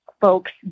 folks